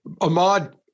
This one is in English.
Ahmad